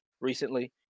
recently